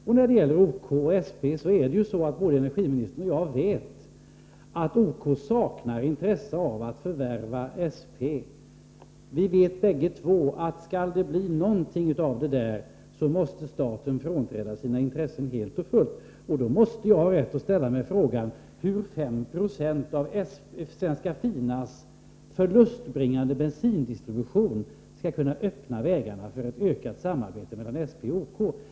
Beträffande OK och SP vet både energiministern och jag att OK saknar intresse av att förvärva SP. Vi vet bägge två att om det skall bli någonting av detta, då måste staten frånträda sina intressen helt och fullt. Och då måste jag ha rätt att ställa frågan hur 5 26 av Svenska Finas förlustbringande bensindistribution skall kunna öppna vägarna till ett ökat samarbete mellan SP och OK.